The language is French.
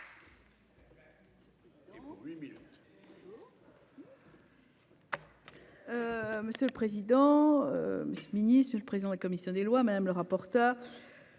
Monsieur le président, monsieur le président de la commission des lois, madame la rapporteure,